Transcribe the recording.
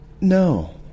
No